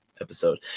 episode